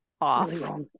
off